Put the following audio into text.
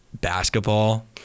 basketball